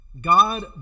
God